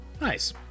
Nice